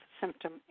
symptom